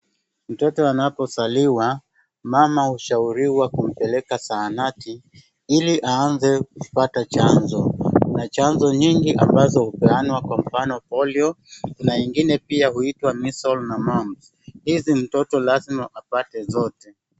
Mtoto anapozaliwa mama hushauriwa kumpeleka zahanati ili aanze kupata chanjo, kuna chanjo mingi ambazo hupeanwa kwa mfano polio, kuna ingine pia huitwa measles na mumps, hizi mtoto lazima apate zote.